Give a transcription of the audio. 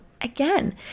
again